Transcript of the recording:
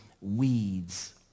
weeds